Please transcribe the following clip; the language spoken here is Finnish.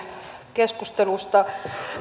keskustelusta